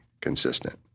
consistent